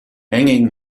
hanging